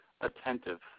Attentive